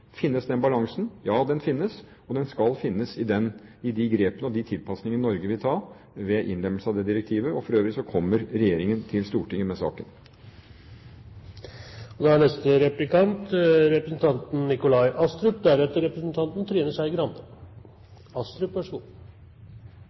Finnes den balansen? Ja, den finnes, og den skal finnes i de grepene og de tilpasningene Norge vil foreta ved innlemmelsen av det direktivet. For øvrig kommer regjeringen til Stortinget med saken. Det er kaldt her inne, men kanskje det er